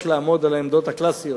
לא רק לעמוד על העמדות הקלאסיות.